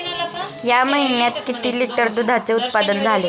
या महीन्यात किती लिटर दुधाचे उत्पादन झाले?